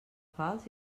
falç